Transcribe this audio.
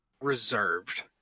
reserved